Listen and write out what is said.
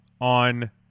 on